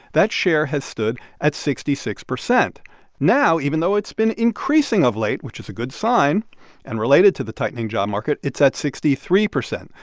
that share has stood at sixty six point now, even though it's been increasing of late which is a good sign and related to the tightening job market it's at sixty three percent.